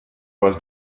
was